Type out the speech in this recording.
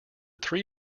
three